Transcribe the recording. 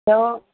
ਉਹ